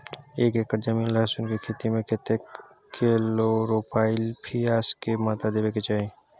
एक एकर जमीन लहसुन के खेती मे केतना कलोरोपाईरिफास के मात्रा देबै के चाही?